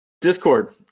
discord